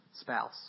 spouse